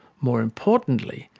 more importantly,